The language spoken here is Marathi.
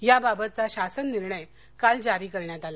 याबाबतचा शासन निर्णय काल जारी करण्यात आला